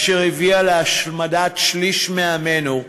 אשר הביאה להשמדת שליש מעמנו,